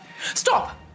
Stop